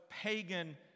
pagan